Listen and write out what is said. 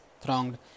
thronged